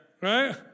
Right